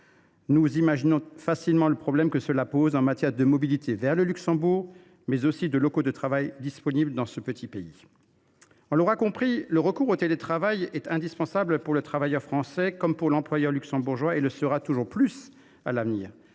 d’imaginer que cela pose un problème en matière non seulement de mobilité vers le Luxembourg, mais aussi de locaux de travail disponibles dans ce petit pays. On l’aura compris, le recours au télétravail est indispensable tant pour les travailleurs français que pour les employeurs luxembourgeois, et il le sera toujours plus à l’avenir.